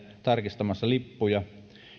tarkistamassa lippuja